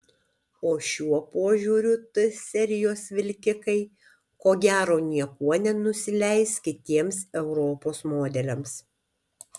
o šiuo požiūriu t serijos vilkikai ko gero niekuo nenusileis kitiems europos modeliams